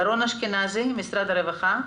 רון אשכנזי ממשרד הרווחה.